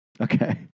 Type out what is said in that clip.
Okay